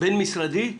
בין משרדי,